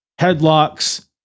headlocks